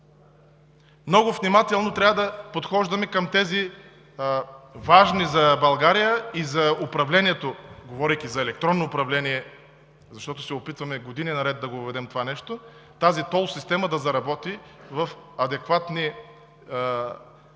много внимателно трябва да подхождаме към тези важни за България и за управлението – говорим за електронното управление, което се опитваме години наред да го въведем, тази тол система да заработи в адекватни, обозрими